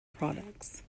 products